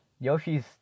Yoshi's